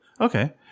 Okay